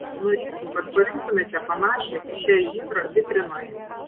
norėčiau kad parinktumėte panašią į šią žydrą vitrinoje